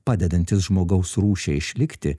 padedantis žmogaus rūšiai išlikti